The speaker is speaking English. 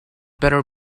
better